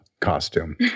Costume